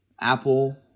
Apple